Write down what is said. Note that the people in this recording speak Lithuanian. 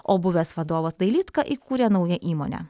o buvęs vadovas dailydka įkūrė naują įmonę